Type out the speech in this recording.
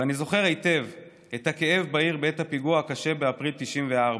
ואני זוכר היטב את הכאב בעיר בעת הפיגוע הקשה באפריל 1994,